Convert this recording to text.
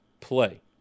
play